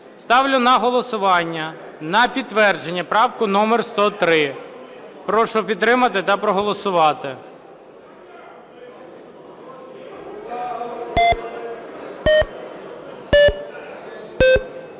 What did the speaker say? Ставлю на голосування на підтвердження правку номер 103. Прошу підтримати та проголосувати.